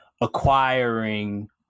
acquiring